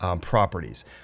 properties